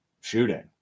shooting